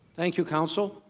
thank you, counsel.